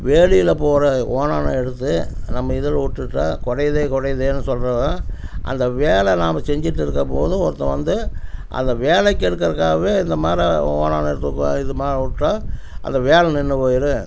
வேலியில் போகிற ஓணானை எடுத்து நம்ம இதில் விட்டுட்டா குடையுதே குடையுதேன்னு சொல்கிறதும் அந்த வேலை நாம் செஞ்சுட்டு இருக்கும் போதும் ஒருத்தன் வந்து அந்த வேலை கெடுக்குறதுக்காகவே இந்த மாரி ஓணானை எடுத்து இது மாரி விட்டா அந்த வேலை நின்று போயிடும்